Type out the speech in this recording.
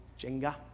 Jenga